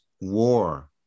war